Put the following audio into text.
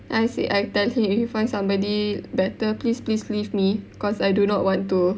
then I say I tell him if you find somebody better please please leave me cause I do not want to